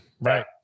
Right